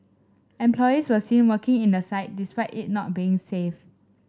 employees were seen working in the site despite it not being made safe